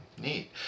Neat